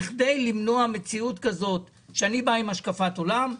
זה נעשה על מנת למנוע מציאות שאני בא עם השקפת עולם מסוימת,